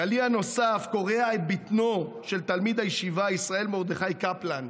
קליע נוסף קורע את בטנו של תלמיד הישיבה ישראל מרדכי קפלן,